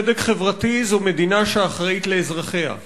צדק חברתי זה מדינה שאחראית לאזרחיה.